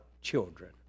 children